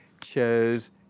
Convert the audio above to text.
chose